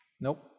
nope